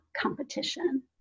competition